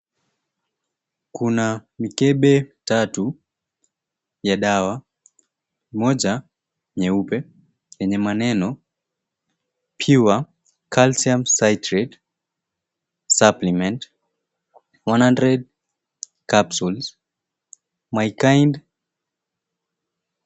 Kuna mikebe tatu ya dawa. Moja nyeupe yenye maneno, Pure calcium citrate supplement 100 capsules. My kind...